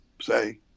say